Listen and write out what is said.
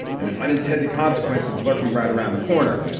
an unintended consequence is lurking right around the corner.